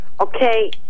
Okay